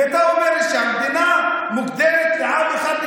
ואתה אומר לי שהמדינה מוגדרת לעם אחד,